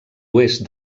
oest